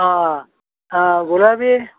ಆಂ ಹಾಂ ಗುಲಾಬಿ